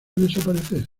desaparecer